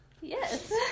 Yes